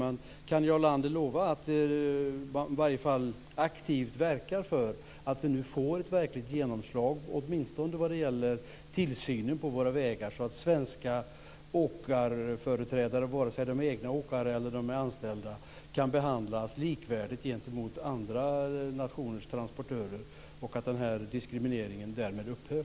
Men kan Jarl Lander lova att i varje fall aktivt verka för att vi får ett verkligt genomslag, åtminstone när det gäller tillsynen på våra vägar, så att svenska åkarföreträdare - vare sig de är egna åkare eller anställda - behandlas likvärdigt med andra nationers transportörer så att denna diskriminering därmed upphör?